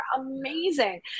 amazing